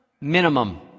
minimum